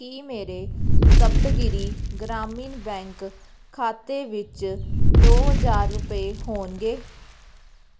ਕੀ ਮੇਰੇ ਸਪਤਗਿਰੀ ਗ੍ਰਾਮੀਣ ਬੈਂਕ ਖਾਤੇ ਵਿੱਚ ਦੋ ਹਜ਼ਾਰ ਰੁਪਏ ਹੋਣਗੇ